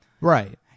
right